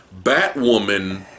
Batwoman